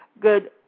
good